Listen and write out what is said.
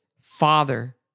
father